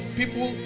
people